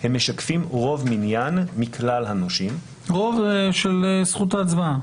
הם משקפים רוב מניין מכלל הנושים --- של זכות ההצבעה.